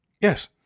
Yes